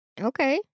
Okay